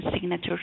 signature